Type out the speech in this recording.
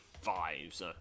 five